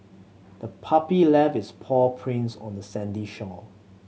the puppy left its paw prints on the sandy shore